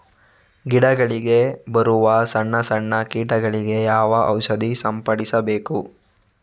ಗಿಡಗಳಿಗೆ ಬರುವ ಸಣ್ಣ ಸಣ್ಣ ಕೀಟಗಳಿಗೆ ಯಾವ ಔಷಧ ಸಿಂಪಡಿಸಬೇಕು?